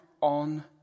on